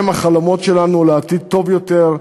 הם החלומות שלנו לעתיד טוב יותר,